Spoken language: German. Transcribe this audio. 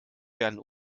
werden